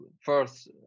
first